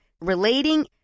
relating